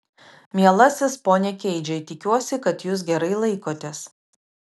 mielasis pone keidžai tikiuosi kad jūs gerai laikotės